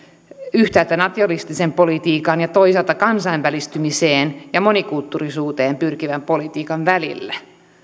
yhtäältä nationalistisen politiikan ja toisaalta kansainvälistymiseen ja monikulttuurisuuteen pyrkivän politiikan välillä